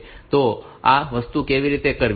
તો આ વસ્તુ કેવી રીતે કરવી